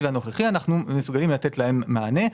הנוכחי אנחנו מסוגלים לתת להם מענה,